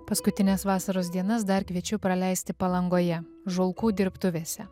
paskutines vasaros dienas dar kviečiu praleisti palangoje žulkų dirbtuvėse